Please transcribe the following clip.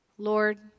Lord